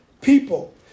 people